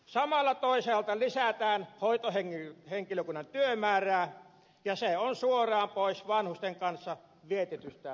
samalla toisaalta lisätään hoitohenkilökunnan työmäärää ja se on suoraan pois vanhusten kanssa vietetystä ajasta